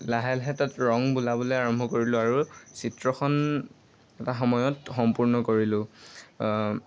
লাহে লাহে তাত ৰং বোলাবলৈ আৰম্ভ কৰিলোঁ আৰু চিত্ৰখন এটা সময়ত সম্পূৰ্ণ কৰিলোঁ